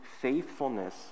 faithfulness